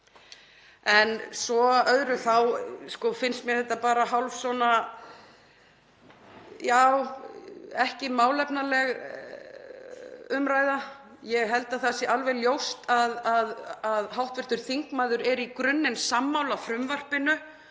En svo að öðru, þá finnst mér þetta bara ekki málefnaleg umræða. Ég held að það sé alveg ljóst að hv. þingmaður er í grunninn sammála frumvarpinu.